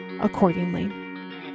accordingly